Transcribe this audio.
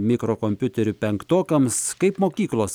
mikrokompiuterių penktokams kaip mokyklos